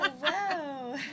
Hello